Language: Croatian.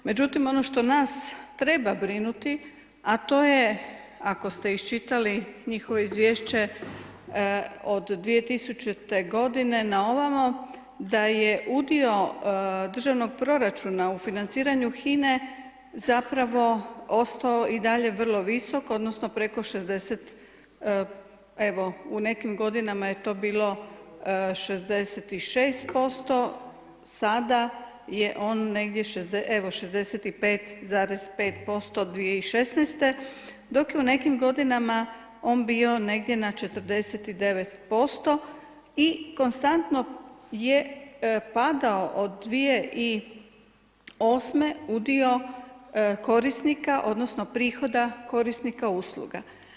Međutim, ono što nas treba brinuti, a to je ako ste iščitali njihovo izvješće od 2000. g. na ovamo, da je udio, državnog proračuna u financiranju HINA zapravo ostao i dalje vrlo visok, odnosno, preko 60 evo u nekim godinama je to bilo 66%, sada je on negdje evo 65,5% 2016. dok je u nekim godinama on bio negdje na 49% i konstantno je padao od 2008. udio korisnika, odnosno, prihoda korisnika usluga.